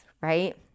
right